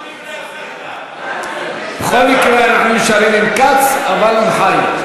במקום שר התחבורה.